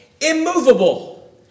immovable